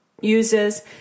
uses